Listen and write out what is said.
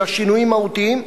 אלא שינויים מהותיים,